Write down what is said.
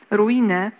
ruiny